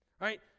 Right